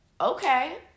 Okay